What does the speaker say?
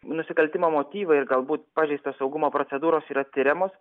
nusikaltimo motyvai ir galbūt pažeistos saugumo procedūros yra tiriamos